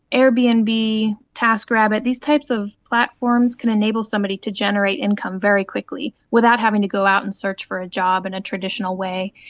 airbnb, taskrabbit, these types of platforms can enable somebody to generate income very quickly, without having to go out and search for a job in a traditional way.